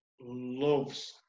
loves